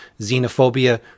xenophobia